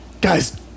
guys